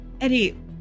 Eddie